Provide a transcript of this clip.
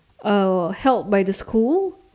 uh held by the school